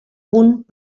punt